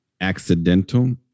Accidental